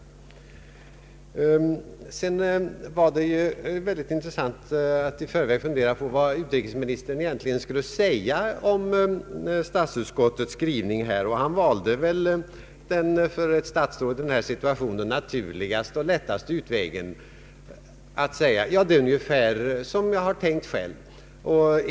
Det var väldigt intressant att i förväg fundera på vad utrikesministern egentligen skulle säga om statsutskottets skrivning. Han valde den för ett statsråd i den här situationen naturligaste och lättaste utvägen att säga: Det är ungefär så jag själv har tänkt.